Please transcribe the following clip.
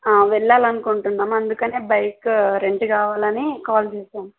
వెళ్ళాలనుకుంటున్నాం అందుకనే bike rent కావాలని call చేసాను